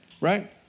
right